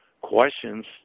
questions